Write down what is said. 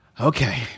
Okay